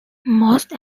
most